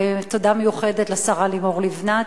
ותודה מיוחדת לשרה לימור לבנת.